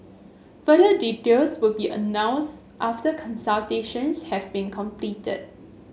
further details will be announced after consultations have been completed